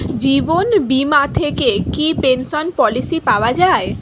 জীবন বীমা থেকে কি পেনশন পলিসি পাওয়া যায়?